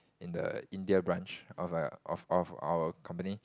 in the India branch of a of of of our company